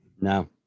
no